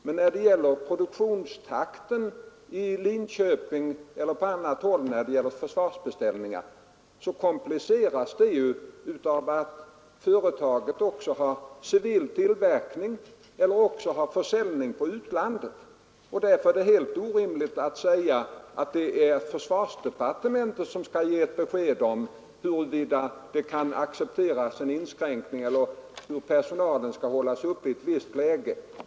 Men produktionstakten beträffande försvarsbeställningar i Linköping eller på annat håll kompliceras av att företagen även har civil tillverkning och/eller försäljning på utlandet. Därför är det helt orimligt att säga att försvarsdepartementet skall ge besked om hur personalen skall sysselsättas i ett visst läge.